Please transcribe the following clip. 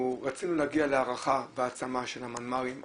רצינו להגיע להערכה והעצמה של המנמ"רים,